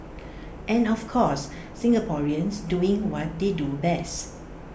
and of course Singaporeans doing what they do best